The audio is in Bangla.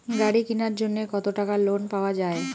গাড়ি কিনার জন্যে কতো টাকা লোন পাওয়া য়ায়?